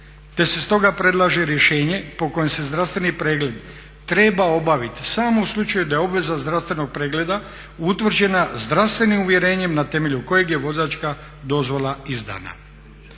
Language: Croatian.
te se stoga predlaže rješenje po kojem se zdravstveni pregled treba obaviti samo u slučaju da je obveza zdravstvenog pregleda utvrđena zdravstvenim uvjerenjem na temelju kojeg je vozačka dozvola izdana.